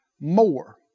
more